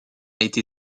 été